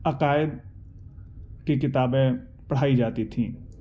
عقائد کی کتابیں پڑھائی جاتی تھیں